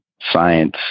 science